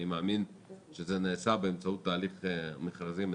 אני מאמין שזה נעשה באמצעות תהליך מכרזי מסודר.